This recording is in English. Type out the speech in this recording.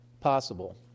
possible